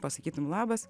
pasakytum labas